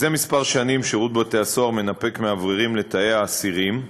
זה כמה שנים שירות בתי-הסוהר מנפק מאווררים לתאי האסירים.